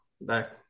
back